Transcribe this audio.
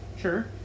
Sure